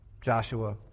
Joshua